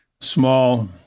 small